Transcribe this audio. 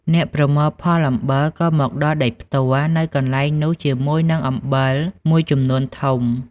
អ្នកប្រមូលផលអំបិលក៏មកដល់ដោយផ្ទាល់នៅកន្លែងនោះជាមួយនឹងអំបិលមួយចំនួនធំ។